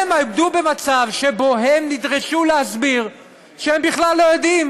הם עמדו במצב שהם נדרשו להסביר שהם בכלל לא יודעים